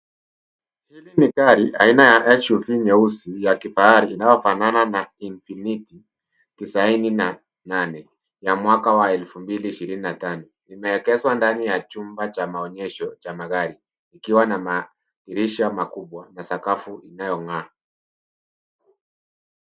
Hili ni gari, aina ya SUV nyeusi ya kifahari linalofanana na Infinity 98 ya mwaka wa 2025. Imeegeshwa ndani ya chumba cha maonyesho cha magari ikiwa na madirisha makubwa na sakafu inayong'aa.